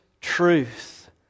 truth